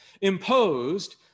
imposed